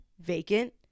vacant